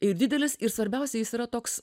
ir didelis ir svarbiausia jis yra toks